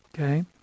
Okay